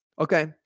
Okay